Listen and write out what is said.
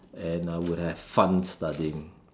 and I would have fun studying